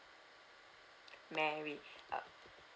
mary uh